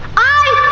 i